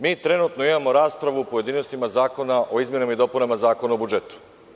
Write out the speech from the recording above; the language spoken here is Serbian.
Mi trenutno imamo raspravu u pojedinostima, Zakona o izmenama i dopunama Zakona o budžetu.